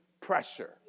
pressure